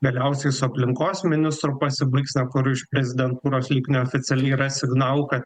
galiausiai su aplinkos ministru pasibaigs na kur iš prezidentūros lyg neoficialiai yra signalų kad